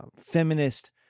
feminist